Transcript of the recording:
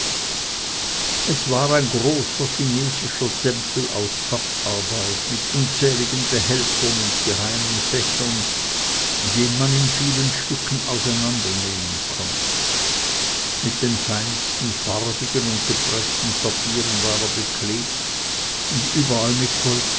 es war ein großer chinesischer tempel aus papparbeit mit unzähligen behältern und geheimen fächern den man in vielen stücken auseinandernehmen konnte mit den feinsten farbigen und gepreßten papieren war er beklebt und überall mit